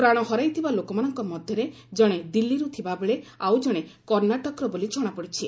ପ୍ରାଣ ହରାଇଥିବା ଲୋକମାନଙ୍କ ମଧ୍ୟରେ ଜଣେ ଦିଲ୍ଲୀରୁ ଥିବାବେଳେ ଆଉଜଣେ କର୍ଣ୍ଣାଟକର ବୋଲି କଣାପଡିଛି